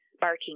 barking